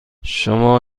شما